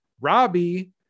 robbie